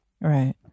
right